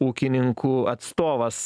ūkininkų atstovas